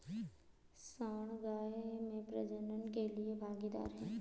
सांड गाय में प्रजनन के लिए भागीदार है